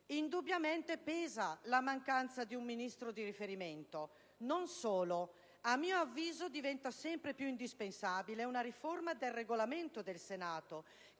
Indubbiamente pesa la mancanza di un Ministro di riferimento. Non solo. A mio avviso diventa sempre più indispensabile una riforma del Regolamento del Senato